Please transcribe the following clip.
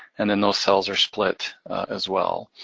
and then those cells are split as well.